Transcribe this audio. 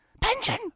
pension